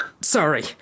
Sorry